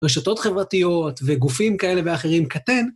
רשתות חברתיות וגופים כאלה ואחרים קטן.